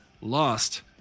lost